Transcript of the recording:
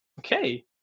okay